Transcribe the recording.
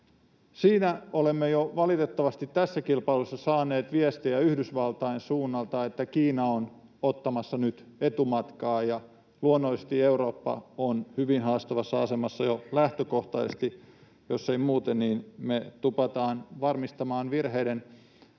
olemme jo valitettavasti saaneet viestejä Yhdysvaltain suunnalta, että Kiina on ottamassa nyt etumatkaa, ja luonnollisesti Eurooppa on hyvin haastavassa asemassa jo lähtökohtaisesti — jos ei muuten, niin me tupataan varmistamaan virheiden